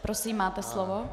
Prosím, máte slovo.